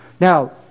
Now